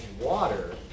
water